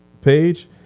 page